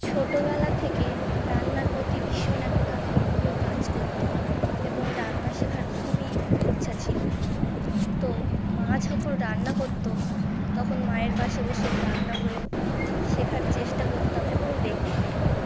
ছোটোবেলা থেকে রান্নার প্রতি ভীষণ একটা আগ্রহ কাজ করত এবং রান্না শেখার খুবই ইচ্ছা ছিল তো মা যখন রান্না করত তখন মায়ের পাশে বসে রান্নাগুলো শেখার চেষ্টা করতাম এবং দেখতাম